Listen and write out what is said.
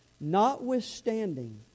notwithstanding